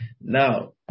Now